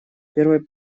первой